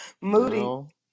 Moody